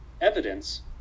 Evidence